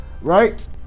right